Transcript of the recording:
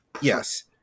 Yes